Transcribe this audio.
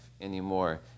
anymore